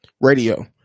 radio